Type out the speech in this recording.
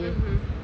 mmhmm